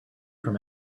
from